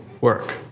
work